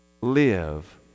Live